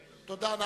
תודה.